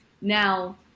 Now